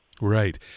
Right